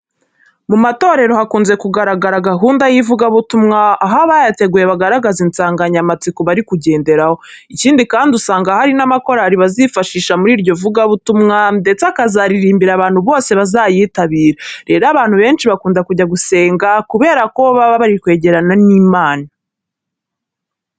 Mu matorero hakunze kugaragara gahunda y'ivugabutumwa, aho abayiteguye bagaragaza insanganyamatsiko bari kugenderaho. Ikindi kandi, usanga hari n'amakorari bazifashisha muri iryo vugabutumwa ndetse akazaririmbira abantu bose bazayitabira. Rero abantu benshi bakunda kujya gusenga kubera ko baba bari kwegerana n'Imana.